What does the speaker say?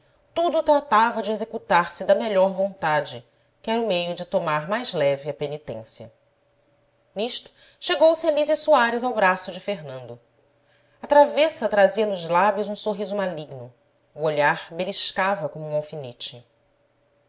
tudo tratava de executar se da melhor vontade que era o meio de tomar mais leve a penitência nisto chegou-se a lísia soares ao braço de fernando a travessa trazia nos lábios um sorriso maligno o olhar beliscava como um